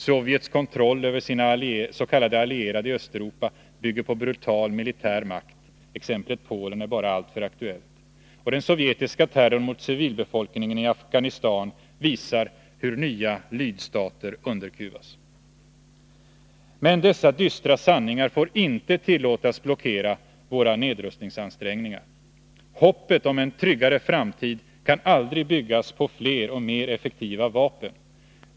Sovjets kontroll över sina s.k. allierade i Östeuropa bygger på brutal militär makt. Exemplet Polen är bara alltför aktuellt. Och den sovjetiska terrorn mot civilbefolkningen i Afghanistan visar hur nya lydstater underkuvas. Dessa dystra sanningar får emellertid inte tillåtas blockera våra nedrustningsansträngningar. Hoppet om en tryggare framtid kan aldrig byggas på fler och mer effektiva vapen.